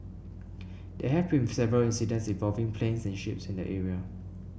there have been several incidents involving planes and ships in area